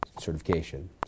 certification